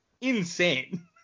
insane